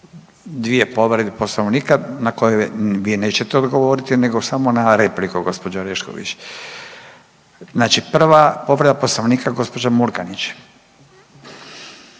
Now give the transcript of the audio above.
dvije povrede Poslovnike, na koje vi nećete odgovoriti, nego samo na repliku, gđo. Orešković. Znači prva povreda Poslovnika, gđa. Murganić.